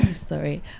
sorry